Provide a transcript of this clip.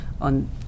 on